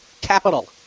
capital